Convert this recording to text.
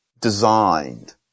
designed